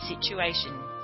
situation